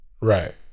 Right